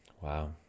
Wow